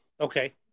Okay